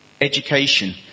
education